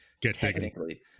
technically